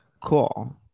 cool